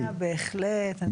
בהחלט.